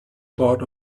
part